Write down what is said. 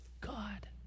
God